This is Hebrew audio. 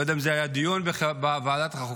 אני לא יודע אם זה היה דיון בוועדת החוקה,